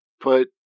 put